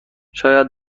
شاید